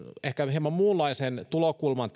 ehkä hieman muunlaisen tulokulman